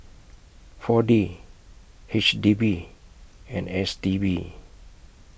four D H D B and S T B